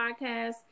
podcast